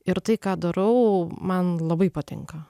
ir tai ką darau man labai patinka